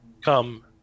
come